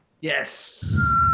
Yes